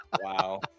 Wow